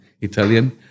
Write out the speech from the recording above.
Italian